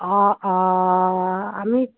অঁ অঁ আমি